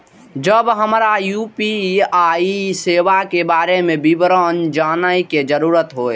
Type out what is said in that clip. जब हमरा यू.पी.आई सेवा के बारे में विवरण जानय के जरुरत होय?